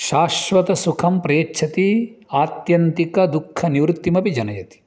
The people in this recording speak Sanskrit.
शाश्वतसुखं प्रयच्छति आत्यन्तिकदुःखनिवृत्तिमपि जनयति